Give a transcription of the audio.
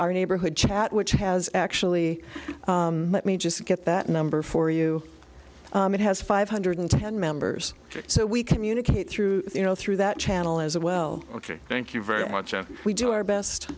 our neighborhood chat which has actually let me just get that number for you it has five hundred ten members so we communicate through you know through that channel as well thank you very much and we do our best